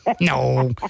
No